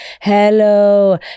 hello